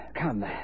come